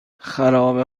خرابه